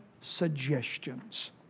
suggestions